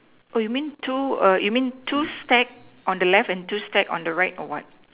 oh you mean two err you mean two stack on the left and two stack on the right or what